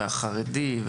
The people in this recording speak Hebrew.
והחרדי,